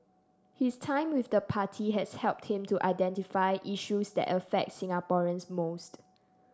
his time with the party has helped him to identify issues that affect Singaporeans most